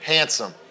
Handsome